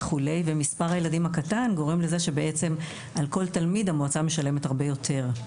ומספר הילדים הקטן גורם שעל כל תלמיד המועצה משלמת הרבה יותר.